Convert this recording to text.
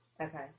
Okay